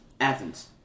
Athens